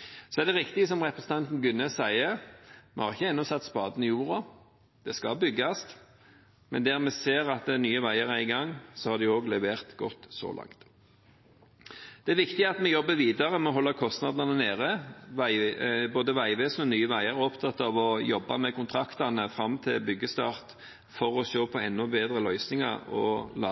så mange positive resultater av en veireform som fire partier var for, men som opposisjonen var imot. Dette er ett av bevisene på at det var fornuftig å gjøre det vi planla i utgangspunktet. Det er riktig som representanten Gunnes sier: Vi har ikke ennå satt spaden i jorda, og det skal bygges. Men der vi ser at Nye Veier er i gang, har de også levert godt så langt. Det er viktig at vi jobber videre med å holde kostnadene nede. Både Vegvesenet